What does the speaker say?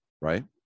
right